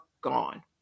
gone